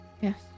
Yes